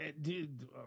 dude